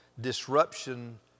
disruption